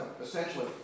essentially